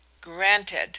granted